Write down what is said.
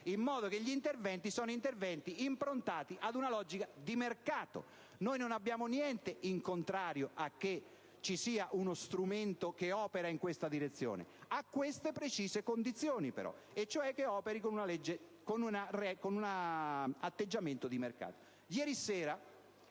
in modo che gli interventi siano improntati ad una logica di mercato. Non abbiamo niente in contrario a che ci sia uno strumento che opera in questa direzione, ma alle precise condizioni esplicitate, e cioè che operi con un atteggiamento di mercato.